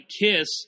Kiss